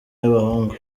y’abahungu